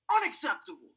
Unacceptable